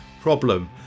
problem